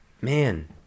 Man